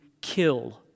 kill